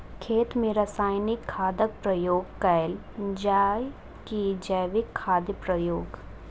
खेत मे रासायनिक खादक प्रयोग कैल जाय की जैविक खादक प्रयोग?